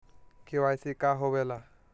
KYC का होवेला?